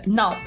no